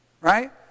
Right